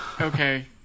Okay